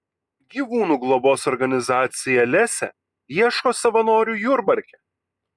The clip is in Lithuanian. gyvūnų globos organizacija lesė ieško savanorių jurbarke